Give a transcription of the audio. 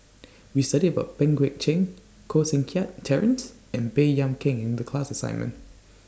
We studied about Pang Guek Cheng Koh Seng Kiat Terence and Baey Yam Keng in The class assignment